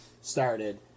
started